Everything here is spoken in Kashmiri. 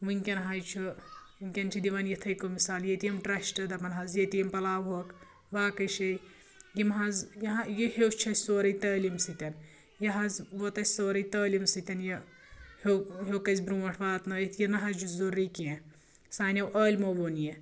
وٕنکٮ۪ن حظ چھُ وٕنکٮ۪ن چھِ دِوان یتھٕے کٔنۍ مثال ییٚتہِ یِم ٹرسٹ دَپان حظ ییٚتہِ یِم پَلاوُکھ باقٕے شے یم حظ یا یہِ ہیوٚچھ اسہِ سورُے تعلیٖم سۭتۍ یہِ حظ ووت آسہِ سورُے تعلیمٖ سۭتۍ یہِ ہیوٚکھ اسہِ برونٹھ واتنٲیتھ یہِ نہ حظ چھُ ضروٗری کیٛنٚہہ سانِیو عٲلِمو ووٚن یہِ